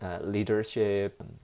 leadership